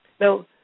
Now